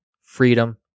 freedom